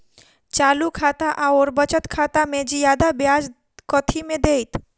चालू खाता आओर बचत खातामे जियादा ब्याज कथी मे दैत?